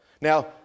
Now